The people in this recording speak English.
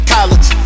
College